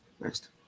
Next